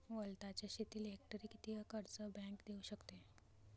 वलताच्या शेतीले हेक्टरी किती कर्ज बँक देऊ शकते?